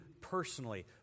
personally